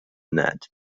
net